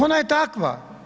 Ona je takva.